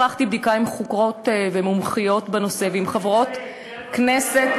ערכתי בדיקה עם חוקרות ומומחיות בנושא ועם חברות כנסת,